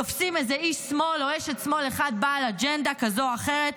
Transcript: תופסים איזה איש שמאל או אשת שמאל אחת בעל אג'נדה כזו או אחרת,